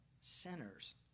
sinners